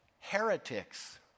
Heretics